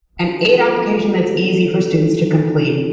an aid application that's easy for students to complete,